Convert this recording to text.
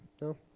No